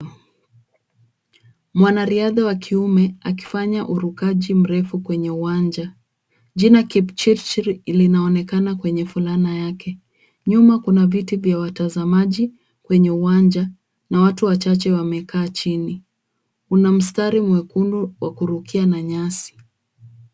Mwanariadha wa kiume akifanya urukaji mrefu kwenye uwanja. Jina Kipchirchir linaonekana kwenye fulana yake. Nyuma kuna viti vya watazamaji kwenye uwanja na watu wachache wamekaa chini. Kuna mstari mwekundu wa kurukia na nyasi.